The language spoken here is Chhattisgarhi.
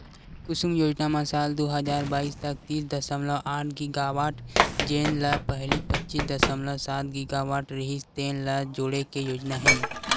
कुसुम योजना म साल दू हजार बाइस तक तीस दसमलव आठ गीगावाट जेन ल पहिली पच्चीस दसमलव सात गीगावाट रिहिस तेन ल जोड़े के योजना हे